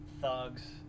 thugs